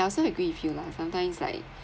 I also agree with you lah sometimes like